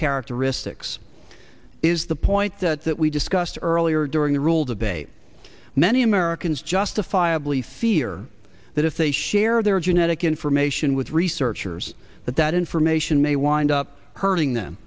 characteristics is the point that we discussed earlier during the rule debate many americans job the fire bully fear that if they share their genetic information with researchers that that information may wind up hurting them